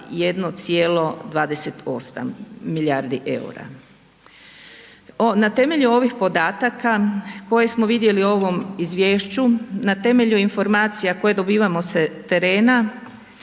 1,28 milijardi EUR-a. Na temelju ovih podataka koje smo vidjeli u ovom izvješću, na temelju informacija koje dobivamo sa terena,